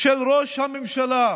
של ראש הממשלה.